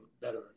better